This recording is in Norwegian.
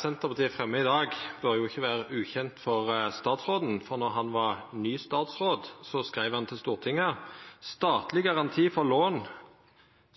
Senterpartiet fremjar i dag, bør ikkje vera ukjende for statsråden. Då han var ny statsråd, skreiv han til Stortinget: «Statlig garanti for lån